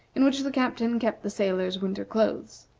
in which the captain kept the sailors' winter clothes.